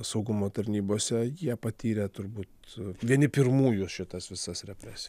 saugumo tarnybose jie patyrė turbūt vieni pirmųjų šitas visas represijas